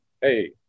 hey